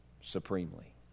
supremely